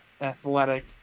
athletic